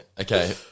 Okay